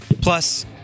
Plus